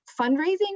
fundraising